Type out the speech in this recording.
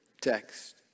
text